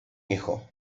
hijo